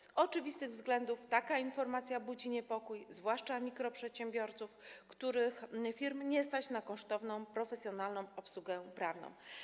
Z oczywistych względów taka informacja budzi niepokój, zwłaszcza mikroprzedsiębiorców, których firm nie stać na kosztowną profesjonalną obsługę prawną.